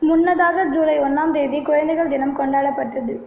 முன்னதாக ஜூலை ஒன்னாம் தேதி குழந்தைகள் தினம் கொண்டாடப்பட்டது